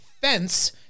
fence